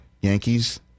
Yankees